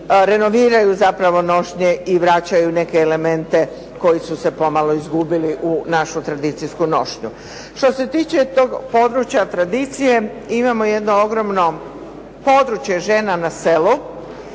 renoviraju zapravo nošnje i vraćaju neke elemente koji su se pomalo izgubili u našu tradicijsku nošnju. Što se tiče tog područja tradicije imamo jedno ogromno područje žena na selu,